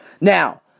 Now